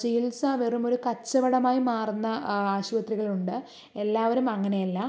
ചികിത്സ വെറുമൊരു കച്ചവടമായി മാറുന്ന ആശുപതികളുണ്ട് എല്ലാവരും അങ്ങനെയല്ല